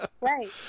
Right